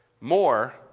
More